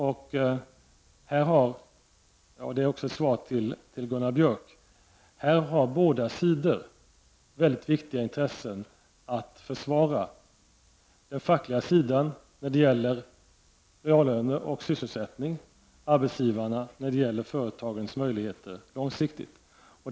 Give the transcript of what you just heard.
Här har båda sidor — och det är också svar till Gunnar Björk — väldigt viktiga intressen att försvara: den fackliga sidan när det gäller reallöner och sysselsättning, arbetsgivarna när det gäller företagens möjligheter långsiktigt.